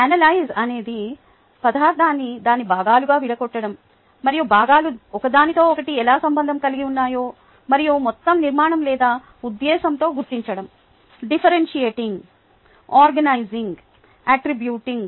analyse అనేది పదార్థాన్ని దాని భాగాలుగా విడగొట్టడం మరియు భాగాలు ఒకదానితో ఒకటి ఎలా సంబంధం కలిగి ఉన్నాయో మరియు మొత్తం నిర్మాణం లేదా ఉద్దేశ్యంతో గుర్తించడం డిఫ్ఫెరెంషియెటింగ్ ఆర్గనైజింగ్ అట్రీబ్యూటింగ్